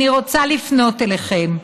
אני רוצה לפנות אליכם.